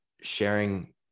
sharing